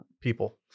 people